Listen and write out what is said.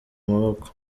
maboko